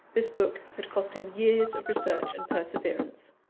this book had cost him years of research and perseverance.